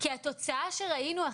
אנחנו פותחים בדיון.